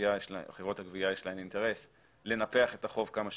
הגבייה אינטרס לנפח את החוב כמה שיותר,